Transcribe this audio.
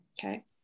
Okay